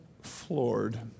floored